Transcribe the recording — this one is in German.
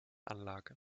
anlage